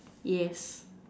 yes